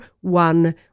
one